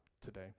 today